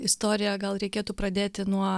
istoriją gal reikėtų pradėti nuo